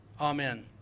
Amen